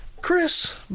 Chris